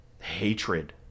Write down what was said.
hatred